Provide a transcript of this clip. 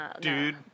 Dude